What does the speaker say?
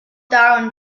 darwin